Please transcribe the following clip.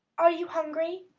are you hungry?